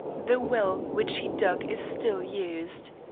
the well which he dug is still used.